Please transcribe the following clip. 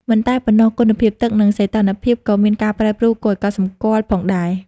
មិនតែប៉ុណ្ណោះ គុណភាពទឹក និងសីតុណ្ហភាពក៏មានការប្រែប្រួលគួរឱ្យកត់សម្គាល់ផងដែរ។